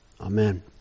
Amen